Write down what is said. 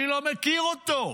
אני לא מכיר אותו,